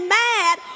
mad